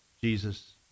Jesus